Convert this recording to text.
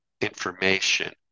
information